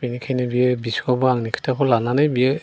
बेनिखायनो बियो फिसौआबो आंनि खोथाखौ लानानै बियो